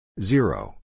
Zero